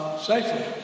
Safely